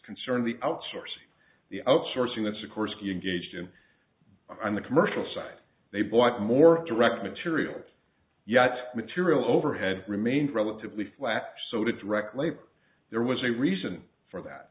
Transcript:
concerned the outsourcing the outsourcing that's of course if you engaged in the commercial side they bought more direct materials yet material overhead remained relatively flat so did direct labor there was a reason for that